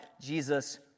Jesus